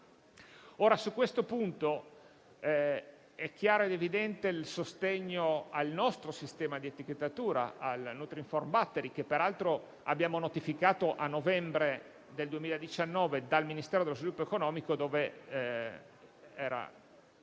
Su questo punto è chiaro ed evidente il sostegno al nostro sistema di etichettatura, al nutrinform battery, che peraltro abbiamo notificato a novembre del 2019 dal Ministero dello sviluppo economico, Dicastero